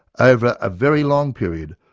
over a very long period,